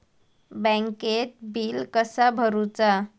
बँकेत बिल कसा भरुचा?